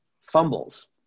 fumbles